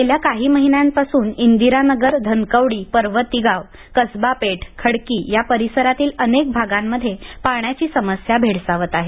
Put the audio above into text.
गेल्या काही महिन्यांपासून इंदिरानगर धनकवडी पर्वतीगाव कसबा पेठ खडकी या परिसरातील अनेक भागांमध्ये पाण्याची समस्या भेडसावत आहे